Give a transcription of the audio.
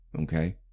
Okay